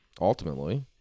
ultimately